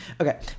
Okay